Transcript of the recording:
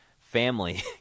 family